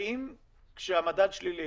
האם כשהמדד שלילי,